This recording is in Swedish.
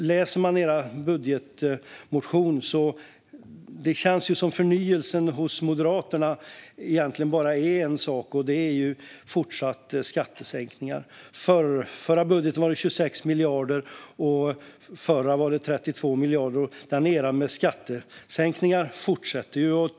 När man läser er budgetmotion känns det som om förnyelsen hos Moderaterna bara handlar om en enda sak, nämligen fortsatta skattesänkningar. I förrförra budgeten var det 26 miljarder, och i den förra var det 32 miljarder. Eran med skattesänkningar fortsätter.